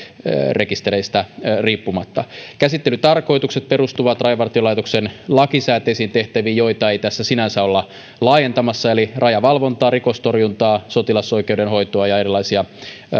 rekistereistä riippumatta käsittelytarkoitukset perustuvat rajavartiolaitoksen lakisääteisiin tehtäviin joita ei tässä sinänsä olla laajentamassa eli rajavalvontaan rikostorjuntaan sotilasoikeudenhoitoon ja erilaisiin